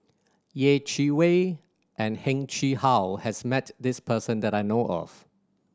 Yeh Chi Wei and Heng Chee How has met this person that I know of